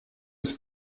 des